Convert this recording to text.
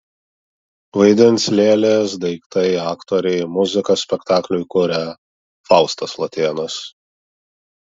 vaidins lėlės daiktai aktoriai muziką spektakliui kuria faustas latėnas